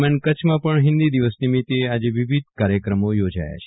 દરમિયાન કચ્છમાં પણ હિન્દી દિવસ નિમિત્તે વિવિધ કાર્યક્રમો યોજાયા છે